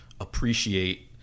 appreciate